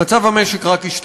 עלה שכר המינימום,